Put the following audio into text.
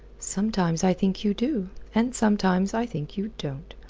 sometimes i think you do, and sometimes i think you don't.